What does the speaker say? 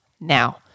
now